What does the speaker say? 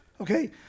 Okay